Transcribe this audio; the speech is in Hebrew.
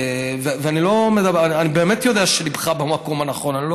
אני באמת יודע שליבך במקום הנכון.